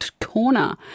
corner